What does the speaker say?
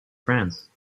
france